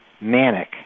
manic